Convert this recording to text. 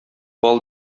бал